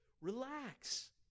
Relax